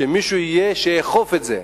שיהיה מישהו שיאכוף את זה,